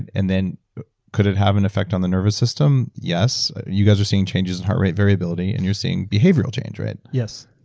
and and then could it have an effect on the nervous system? yes, you guys are seeing changes in heart rate variability and you're seeing behavioral change, right? yes.